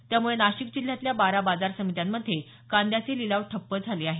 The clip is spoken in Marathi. त्यामुळे नाशिक जिल्ह्यातल्या बारा बाजार समित्यांमध्ये कांद्याचे लिलाव ठप्प झाले आहेत